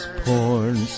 porn